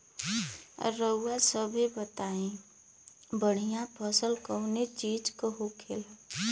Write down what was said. रउआ सभे बताई बढ़ियां फसल कवने चीज़क होखेला?